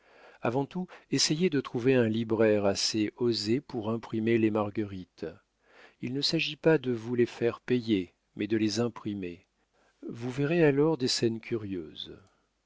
avant tout essayez de trouver un libraire assez osé pour imprimer les marguerites il ne s'agit pas de vous les faire payer mais de les imprimer vous verrez alors des scènes curieuses